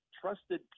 trusted